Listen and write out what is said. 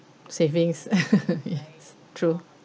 savings true